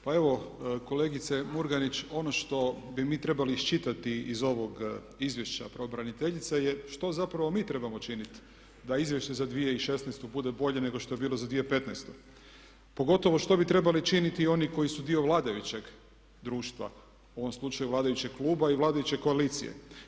Pa evo kolegice Murganić, ono što bi mi trebali iščitati iz ovog izvješća pravobraniteljice je što zapravo mi trebamo činit da izvješće za 2016.bude bolje nego što je bilo za 2015., pogotovo što bi trebali činiti oni koji su dio vladajućeg društva u ovom slučaju vladajućeg kluba i vladajuće koalicije.